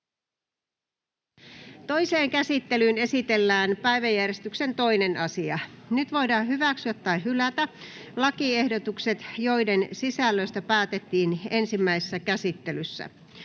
Toiseen käsittelyyn esitellään päiväjärjestyksen 2. asia. Nyt voidaan hyväksyä tai hylätä lakiehdotukset, joiden sisällöstä päätettiin ensimmäisessä käsittelyssä.